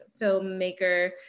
filmmaker